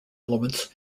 elements